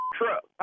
truck